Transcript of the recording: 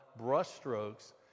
brushstrokes